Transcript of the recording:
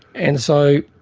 and so